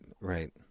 right